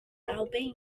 albania